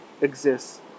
exists